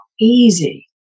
easy